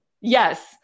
yes